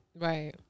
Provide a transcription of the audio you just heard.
Right